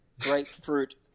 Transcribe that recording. grapefruit